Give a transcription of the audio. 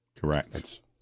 correct